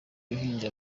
uruhinja